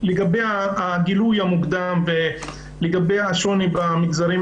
לגבי הגילוי המוקדם ולגבי השוני במגזרים,